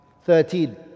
Thirteen